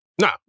No